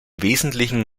wesentlichen